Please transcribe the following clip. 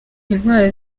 intwari